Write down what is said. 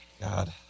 God